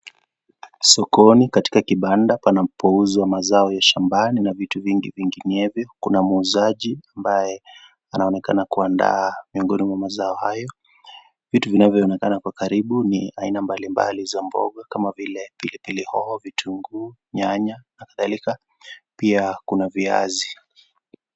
Sokoni katika kibanda pana mchuuzi wa mazao ya shambani na vitu vingi vinginevyo na muuzaji ambaye anaonekana kuandaa miongoni mwa mazao hayo vitu vinavyo onekana kwa karibu ni aina mbali mbali za mboga kama vile pilipili hoho, vitunguu, nyanya na kadhalika pia kuna viazi.